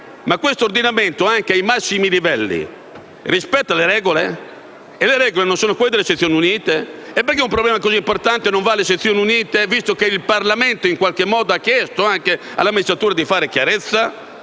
questo ordinamento, anche ai massimi livelli, rispetta le regole? E le regole non sono quelle delle sezioni unite? E perché un problema così importante non va alle sezioni unite, visto che il Parlamento in qualche modo ha chiesto alla magistratura di fare chiarezza?